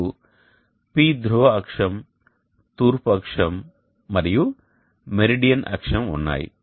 మీకు P ధ్రువ అక్షం తూర్పు అక్షం మరియు మెరీడియన్ అక్షం ఉన్నాయి